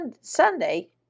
Sunday